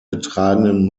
getragenen